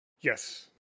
Yes